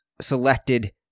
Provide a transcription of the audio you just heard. selected